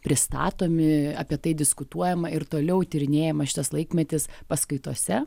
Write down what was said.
pristatomi apie tai diskutuojama ir toliau tyrinėjamas šitas laikmetis paskaitose